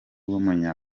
w’umunya